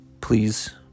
please